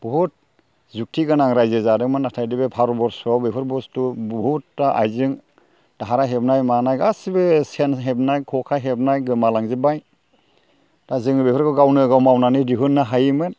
बहुद जुक्थि गोनां रायजो जादोंमोन नाथाय बे भारत बरस'आव बेफोर बुस्तु बहुदथा आइजें धारा हेबनाय मानाय गासैबो सेन हेबनाय खखा हेबनाय गासैबो गोमा लांजोब्बाय दा जोङो बेफोरखौ गावनो गाव मावनानै दिहुननो हायोमोन